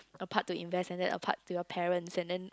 a part to invest and then a part to your parents and then